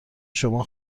شما